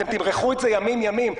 אתם תמרחו את זה ימים ימים,